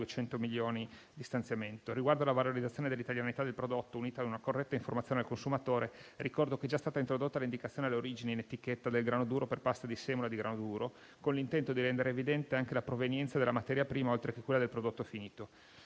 Riguardo alla valorizzazione dell'italianità del prodotto, unita a una corretta informazione al consumatore, ricordo che è già stata introdotta l'indicazione d'origine in etichetta del grano duro per pasta di semola di grano duro, con l'intento di rendere evidente anche la provenienza della materia prima, oltre che quella del prodotto finito.